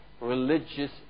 religious